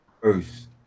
First